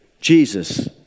Jesus